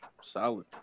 Solid